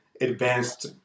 advanced